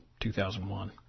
2001